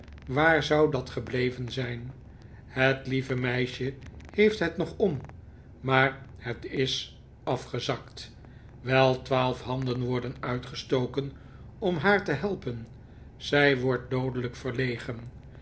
waar zou dat gebleven zijn het lieve meisje heeft het nog om maar het is afgezakt wel twaalf handen worden uitgestoken om haar te helpen zij wordt doodelijk verlegen